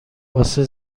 واسه